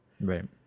Right